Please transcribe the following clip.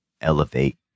elevate